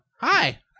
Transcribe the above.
Hi